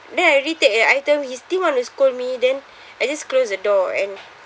then I already take the item he still wanna scold me then I just close the door and